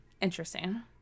interesting